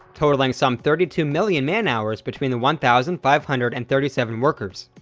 totaling some thirty two million man-hours between the one thousand five hundred and thirty seven workers.